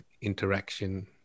interaction